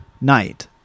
night